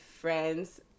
friends